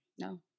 No